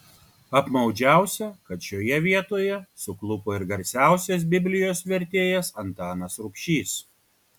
apmaudžiausia kad šioje vietoje suklupo ir garsiausias biblijos vertėjas antanas rubšys